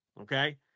okay